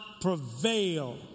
prevail